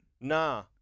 nah